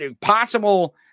possible